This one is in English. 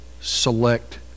select